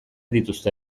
dituzte